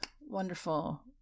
wonderful